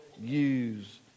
use